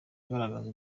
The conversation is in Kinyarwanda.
agaragaza